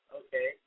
okay